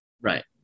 Right